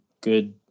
good